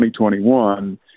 2021